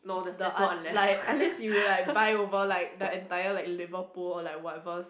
the a~ like unless you like buy over like the entire Liverpool or like whatever